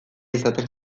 izaten